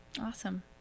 Awesome